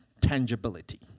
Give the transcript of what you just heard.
tangibility